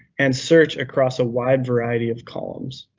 and search across a wide variety of columns.